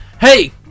Hey